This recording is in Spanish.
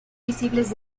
visibles